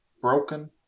broken